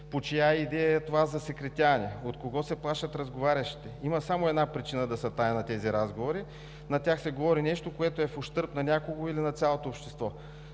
По чия идея е това засекретяване? От кого се плашат разговарящите? Има само една причина да са тайна тези разговори – на тях се говори нещо, което е в ущърб на някого или на цялото общество.